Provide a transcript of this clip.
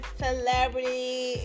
celebrity